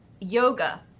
yoga